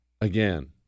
again